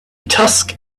tusk